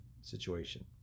situation